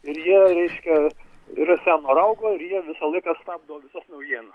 ir jie reiškia yra seno raugo ir jie visą laiką stabdo visas naujienas